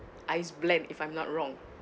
ice blend if I'm not wrong